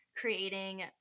creating